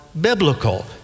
biblical